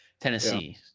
Tennessee